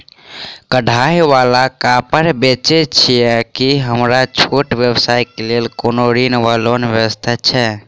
कढ़ाई वला कापड़ बेचै छीयै की हमरा छोट व्यवसाय केँ लेल कोनो ऋण वा लोन व्यवस्था छै?